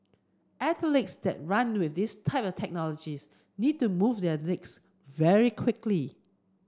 athletes that run with this type of technologies need to move their legs very quickly